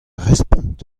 respont